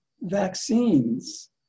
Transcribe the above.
vaccines